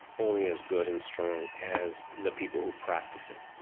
only as good and strong as the people who practice it.